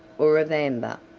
or of amber.